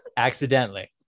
accidentally